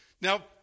Now